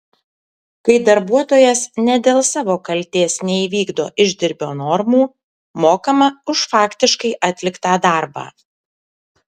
kai darbuotojas ne dėl savo kaltės neįvykdo išdirbio normų mokama už faktiškai atliktą darbą